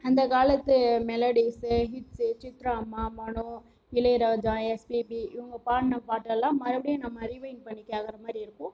அந்த காலத்து melodies hits Chitra அம்மா மனோ இளையராஜா எஸ்பிபி இவங்க பாடின பாட்டெல்லாம் மறுபடியும் நம்ம ரீவைண்ட் பண்ணி கேட்கற மாதிரி இருக்கும்